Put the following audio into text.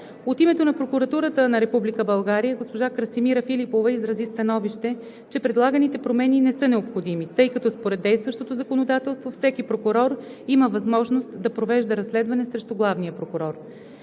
От името на Прокуратурата на Република България госпожа Красимира Филипова изрази становище, че предлаганите промени не са необходими, тъй като според действащото законодателство всеки прокурор има възможност да провежда разследване срещу главния прокурор.